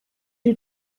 you